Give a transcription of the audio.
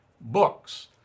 books